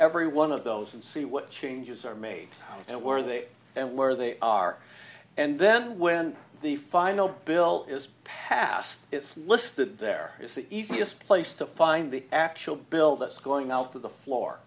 every one of those and see what changes are made and where they and where they are and then when the final bill is passed it's listed there is the easiest place to find the actual bill that's going out to the floor